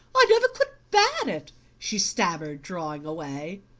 i never could bear it, she stammered, drawing away.